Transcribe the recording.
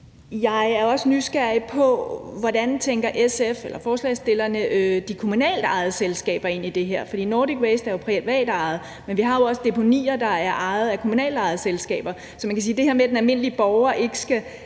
Jeg er også nysgerrig på, hvordan forslagsstillerne tænker de kommunalt ejede selskaber ind i det her, for Nordic Waste er jo privatejet; men vi har jo også deponier, der er ejet af kommunalt ejede selskaber. Så man kan sige, at det her med, at den almindelige borger ikke skal